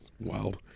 Wild